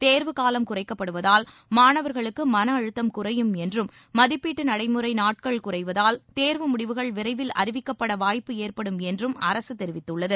தேர்வுக்காலம் குறைக்கப்படுவதால் மாணவா்களுக்கு மனஅழுத்தம் குறையும் என்றும் மதிப்பீட்டு நடைபெறும் நாட்கள் குறைவதால் தோ்வு முடிவுகள் விரைவில் அறிவிக்கப்பட வாய்ப்பு ஏற்படும் என்றும் அரசு தெரிவித்துள்ளது